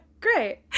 great